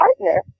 partner